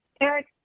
Eric